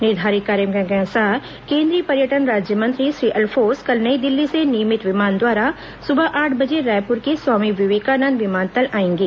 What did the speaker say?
निर्धारित कार्यक्रम के अनुसार केन्द्रीय पर्यटन राज्यमंत्री श्री अल्फोंस कल नई दिल्ली से नियमित विमान द्वारा सुबह आठ बजे रायपुर के स्वामी विवेकानंद विमानतल आएंगे